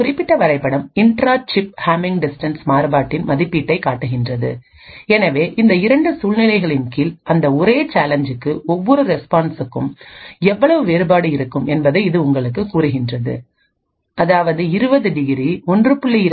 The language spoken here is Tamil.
இந்த குறிப்பிட்ட வரைபடம் இன்ட்ரா சிப் ஹமிங் டிஸ்டன்ஸ் மாறுபாட்டின் மதிப்பீட்டைக் காட்டுகிறது எனவே இந்த இரண்டு சூழ்நிலைகளின் கீழ் அந்த ஒரே சேலஞ்சுக்கும் ஒவ்வொரு ரெஸ்பான்ஸ்சுக்கும் எவ்வளவு வேறுபாடு இருக்கும் என்பதை இது உங்களுக்குக் கூறுகிறது அதாவது 20 டிகிரி1